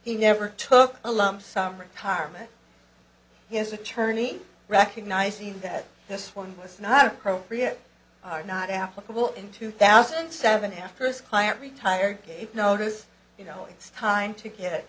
he never took a lump sum retirement his attorney recognizing that this one was not appropriate or not applicable in two thousand and seven after his client retired gave notice you know it's time to get